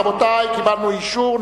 רבותי, קיבלנו אישור.